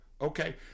Okay